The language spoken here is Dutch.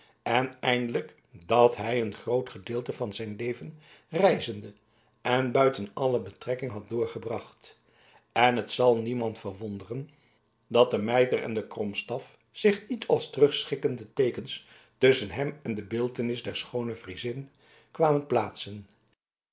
en eindelijk dat hij een groot gedeelte van zijn leven reizende en buiten alle betrekking had doorgebracht en het zal niemand verwonderen dat de mijter en kromstaf zich niet als terugschrikkende teekens tusschen hem en de beeltenis der schoone friezin kwamen plaatsen